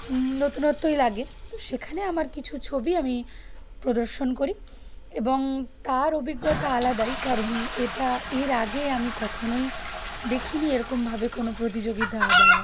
নতুনত্বই লাগে তো সেখানে আমার কিছু ছবি আমি প্রদর্শন করি এবং তার অভিজ্ঞতা আলাদাই কারণ এটা এর আগে আমি কখনোই দেখিনি এরকমভাবে কোনো প্রতিযোগিতা বা